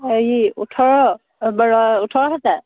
হেৰি ওঠৰ বাৰ ওঠৰ হেজাৰ